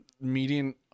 median